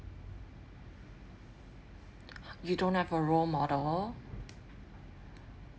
you don't have a role model